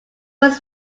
was